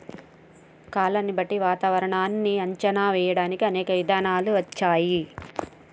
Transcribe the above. కాలాన్ని బట్టి వాతావరనాన్ని అంచనా వేయడానికి అనేక ఇధానాలు వచ్చాయి